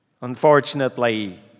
Unfortunately